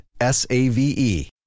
S-A-V-E